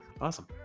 Awesome